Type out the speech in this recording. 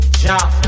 jump